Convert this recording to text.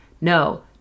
no